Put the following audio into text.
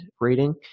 rating